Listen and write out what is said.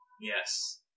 Yes